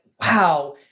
wow